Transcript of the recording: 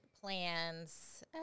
plans